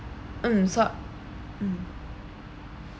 mm so mm